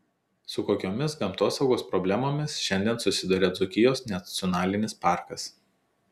su kokiomis gamtosaugos problemomis šiandien susiduria dzūkijos nacionalinis parkas